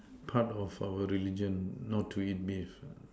part of our religion not to eat beef